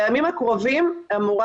בימים הקרובים אמורה